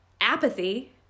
apathy